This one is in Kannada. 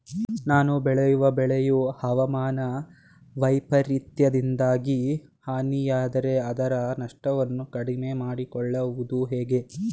ನಾನು ಬೆಳೆಯುವ ಬೆಳೆಯು ಹವಾಮಾನ ವೈಫರಿತ್ಯದಿಂದಾಗಿ ಹಾನಿಯಾದರೆ ಅದರ ನಷ್ಟವನ್ನು ಕಡಿಮೆ ಮಾಡಿಕೊಳ್ಳುವುದು ಹೇಗೆ?